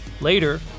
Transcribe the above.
Later